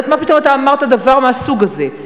אני לא יודעת מה פתאום אתה אמרת דבר מהסוג הזה,